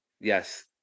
Yes